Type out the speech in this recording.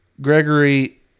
Gregory